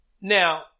now